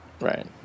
Right